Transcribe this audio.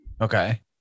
okay